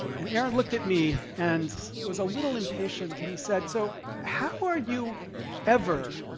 and aaron looked at me and was a little impatient, and he said, so how are you ever